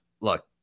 look